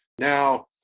now